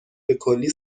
بکلی